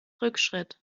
rückschritt